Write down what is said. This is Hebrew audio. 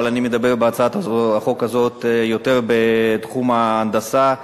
אבל אני מדבר בהצעת החוק הזאת יותר על תחום ההנדסה,